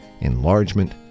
enlargement